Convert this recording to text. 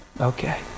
okay